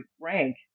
rank